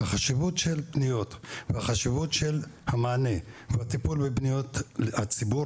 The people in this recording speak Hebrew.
החשיבות של פניות והחשיבות של המענה והטפול בפניות הציבור,